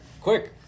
quick